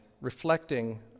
reflecting